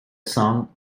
song